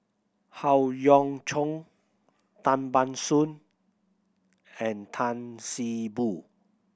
Howe Yoon Chong Tan Ban Soon and Tan See Boo